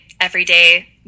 everyday